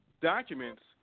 documents